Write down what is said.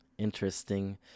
Interesting